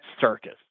circus